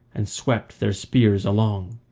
and swept their spears along.